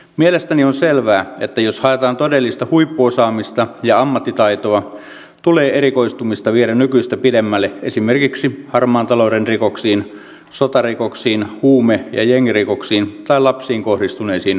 mielestäni on selvää että jos haetaan todellista huippuosaamista ja ammattitaitoa tulee erikoistumista viedä nykyistä pidemmälle esimerkiksi harmaan talouden rikoksiin sotarikoksiin huume ja jengirikoksiin tai lapsiin kohdistuneisiin rikoksiin